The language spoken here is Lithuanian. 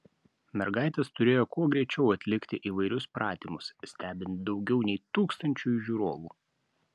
mergaitės turėjo kuo greičiau atlikti įvairius pratimus stebint daugiau nei tūkstančiui žiūrovų